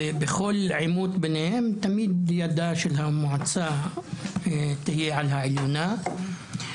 בכל עימות ביניהם תמיד ידה של המועצה תהיה על העליונה.